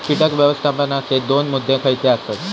कीटक व्यवस्थापनाचे दोन मुद्दे खयचे आसत?